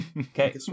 okay